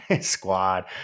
Squad